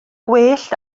gwellt